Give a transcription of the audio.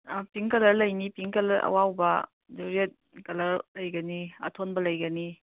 ꯑꯥ pink colour ꯂꯩꯅꯤ pink colour ꯑꯋꯥꯎꯕ ꯑꯗꯨ ꯔꯦꯗ ꯀꯂꯔ ꯂꯩꯒꯅꯤ ꯑꯊꯣꯟꯕ ꯂꯩꯒꯅꯤ